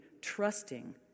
trusting